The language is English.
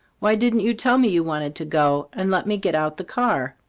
why didn't you tell me you wanted to go, and let me get out the car?